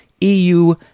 EU